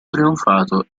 trionfato